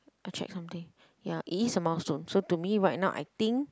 I check something ya it is a milestone so to me right now I think